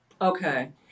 Okay